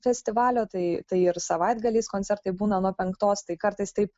festivalio tai tai ir savaitgaliais koncertai būna nuo penktos tai kartais taip